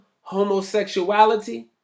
homosexuality